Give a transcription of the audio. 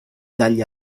dagli